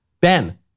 Ben